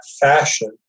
fashion